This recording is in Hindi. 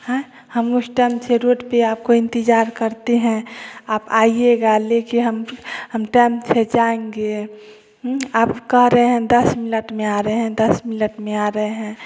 है हम उस टाइम से रोड पर आपको इंतजार करते है आप आइयेगा लेके हम टम से जायेंगे आप कह रहे है दस मिनट में आ रहे है दस मिनट में आ रहे हैं